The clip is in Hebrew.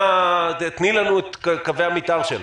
תני לנו את קווי המתאר שלה.